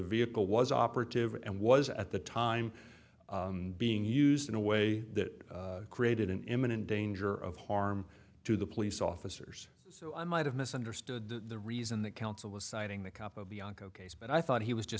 vehicle was operative and was at the time being used in a way that created an imminent danger of harm to the police officers so i might have misunderstood the reason that counsel was citing the capobianco case but i thought he was just